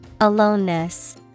Aloneness